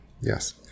yes